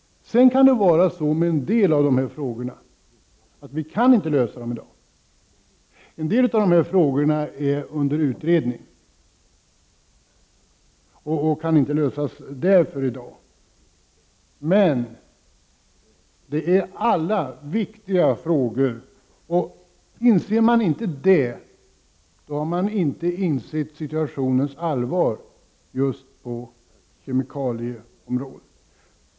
Sedan kan det också vara så att vi inte kan lösa alla dessa frågor i dag. En del av dem är under utredning och kan inte lösas i dag av den anledningen. Men alla frågorna är viktiga, och inser man inte det har man inte insett situationens allvar på kemikalieområdet.